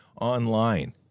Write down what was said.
online